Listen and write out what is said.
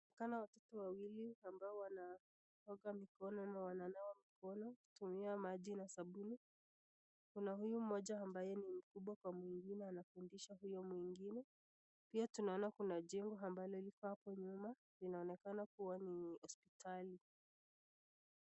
Inaonakena watoto wawili ambao wanaoga mikono na wananawa mikono kutumia maji na sabuni kuna huyu mmoja ambaye ni mkubwwa kwa mwingine, anamfundisha huyo mwingine pia tunaona kuna jengo ambalo liko hapo nyuma linaonekana kuwa ni hospitali